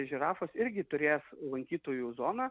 žirafos irgi turės lankytojų zoną